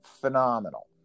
phenomenal